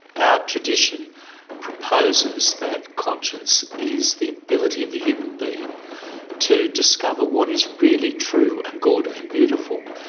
our tradition proposes that conscience is the ability of the human being to discover what is really true and good and beautiful.